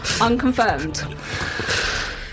unconfirmed